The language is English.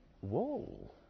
Whoa